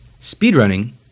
Speedrunning